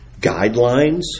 guidelines